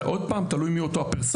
אבל עוד פעם, תלוי מי אותו הפרסונה.